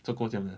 做过这样的